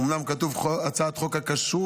אומנם כתוב: הצעת חוק הכשרות,